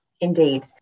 indeed